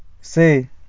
say